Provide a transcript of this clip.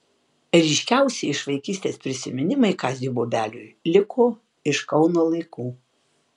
ryškiausi iš vaikystės prisiminimai kaziui bobeliui liko iš kauno laikų